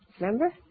Remember